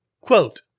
QUOTE